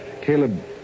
Caleb